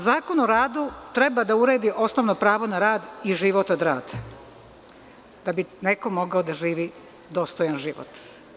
Zakon o radu treba da uredi osnovno pravo na rad i život od rada, da bi neko mogao da živi dostojan život.